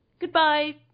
Goodbye